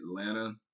Atlanta